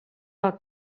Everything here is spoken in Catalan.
del